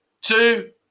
two